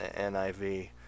NIV